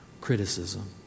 criticism